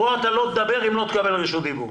כאן אתה לא תדבר אם לא תקבל רשות דיבור.